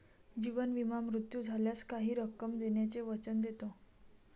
जीवन विमा मृत्यू झाल्यास काही रक्कम देण्याचे वचन देतो